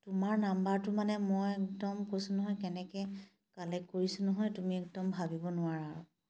তোমাৰ নাম্বাৰটো নহয় মই একদম কৈছোঁ নহয় কেনেকৈ কালেক্ট কৰিছোঁ নহয় তুমি একদম ভাবিব নোৱাৰা আৰু